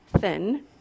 thin